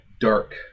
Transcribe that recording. dark